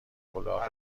کلاه